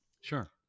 Sure